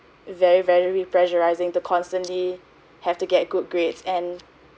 very very pressurising to constantly have to get good grades and